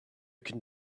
can